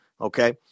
Okay